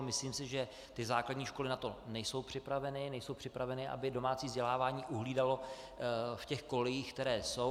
Myslím si, že základní školy na to nejsou připraveny, nejsou připraveny, aby domácí vzdělávání uhlídalo v těch kolejích, které jsou.